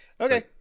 Okay